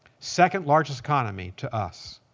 second largest economy to us,